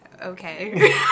Okay